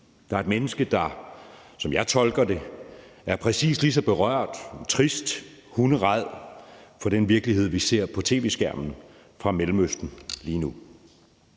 Der er et menneske, der, som jeg tolker det, er præcis lige så berørt af, trist over og hunderæd for den virkelighed, vi ser på tv-skærmen, fra Mellemøsten lige nu.